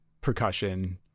percussion